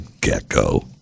gecko